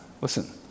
listen